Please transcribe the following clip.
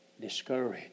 discouraged